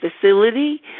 facility